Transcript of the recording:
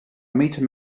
meter